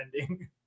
ending